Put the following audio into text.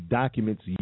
documents